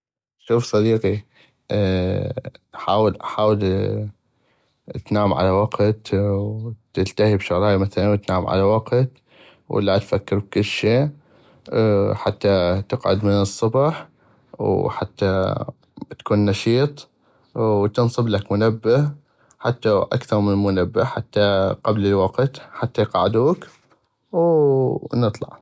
شوف صديقي حاول حاول تنام على وقت وتلتهي بشغلاي مثلا وتنام على وقت ولا تفكر بكلشي حتى تقعد من الصبح وحتى تكون نشيط وتنصبلك منبه حتى لو اكثغ من منبه حتى قبل الوقت حتى يقعدوك ونطلع.